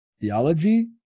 Theology